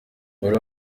bari